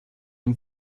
den